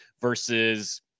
versus